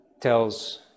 tells